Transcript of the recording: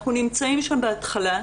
אנחנו נמצאים שם בהתחלה,